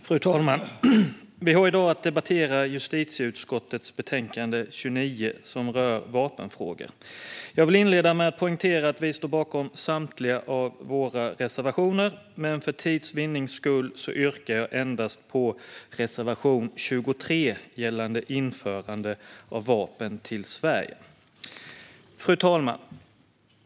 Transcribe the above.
Fru talman! Vi har i dag att debattera justitieutskottets betänkande 29 som rör vapenfrågor. Jag vill inleda med att poängtera att vi står bakom samtliga våra reservationer, men för tids vinnande yrkar jag bifall endast till reservation 23 gällande införande av vapen till Sverige. Fru talman!